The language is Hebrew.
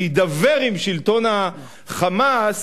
להידבר עם שלטון ה"חמאס",